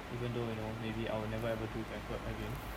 even though you know maybe I will never ever do banquet again